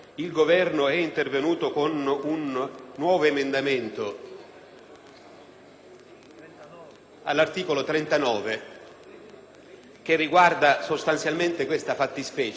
all'articolo 39 che riguarda sostanzialmente questa fattispecie, chiedo al relatore di